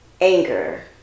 anger